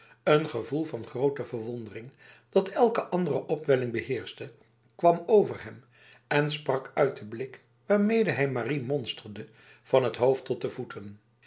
een gevoel van grote verwondering dat elke andere opwelling beheerste kwam over hem en sprak uit de blik waarmede hij marie monsterde van t hoofd tot de voeten